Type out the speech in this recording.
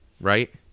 Right